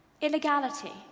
illegality